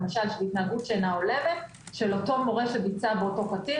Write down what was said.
למשל של התנהגות שאינה הולמת של אותו מורה שביצע באותו קטין